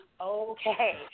Okay